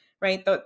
Right